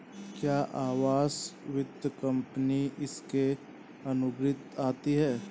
क्या आवास वित्त कंपनी इसके अन्तर्गत आती है?